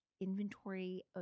inventory